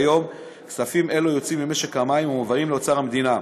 כיום כספים אלה יוצאים ממשק המים ומובאים לאוצר המדינה.